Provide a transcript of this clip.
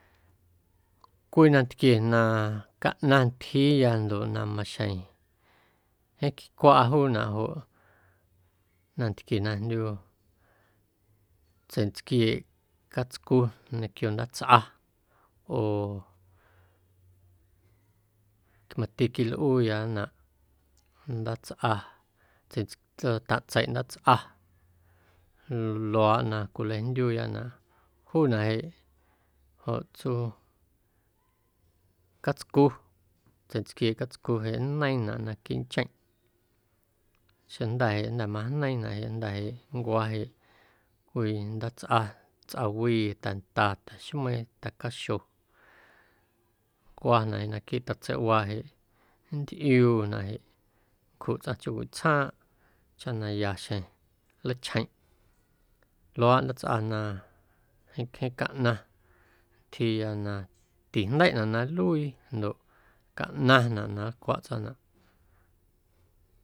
Cwii nantquie na caꞌnaⁿ ntyjiiya ndoꞌ maxjeⁿ jeeⁿ quicwaꞌa juunaꞌ joꞌ nantquie na jndyu tseiꞌntsquieeꞌ catscu ñequio ndaatsꞌa oo mati quilꞌuuyânaꞌ ndaatsꞌa tseiꞌ taⁿꞌtseiꞌ ndaatsꞌa luaaꞌ na cwilajndyuuyânaꞌ juunaꞌ jeꞌ joꞌ tsuu catscu tseiꞌntsquieeꞌ catscu jeꞌ nneiiⁿnaꞌ naquiiꞌ ncheⁿꞌ xeⁿjnda̱ jeꞌ jnda̱ majneiiⁿnaꞌ jeꞌ jnda̱ jeꞌ nncwa jeꞌ cwii ndaatsꞌa tsꞌawii tanda, ta̱xmeiiⁿ, ta̱caxo, nncwanaꞌ jeꞌ naquiiꞌ tatseiꞌwaa jeꞌ nntꞌiuunaꞌ jeꞌ nncjuꞌ tsꞌaⁿ chjoowiꞌ tsjaaⁿꞌ chaꞌ na ya xjeⁿ nlachjeⁿꞌ luaaꞌ ndaatsꞌa na jeeⁿ jeeⁿ caꞌnaⁿ ntyjiiya na tijndeiꞌnaꞌ na nluii ndoꞌ caꞌnaⁿnaꞌ na nlcwaꞌ tsꞌaⁿnaꞌ.